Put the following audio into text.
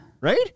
Right